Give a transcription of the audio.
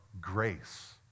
grace